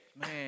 Man